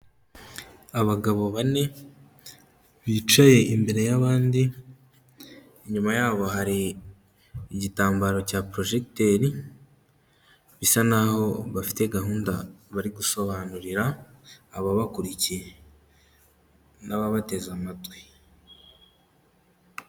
Abagabo bane bicaye imbere y'abandi, inyuma yabo hari igitambaro cya porojegiteri bisa nkaho bafite gahunda bari gusobanurira ababakurikiye n'ababateze amatwi.